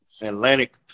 Atlantic